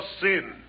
sin